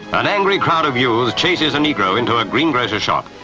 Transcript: an angry crowd of youths chases a negro into a greengrocers shop,